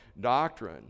doctrine